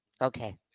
Okay